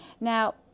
Now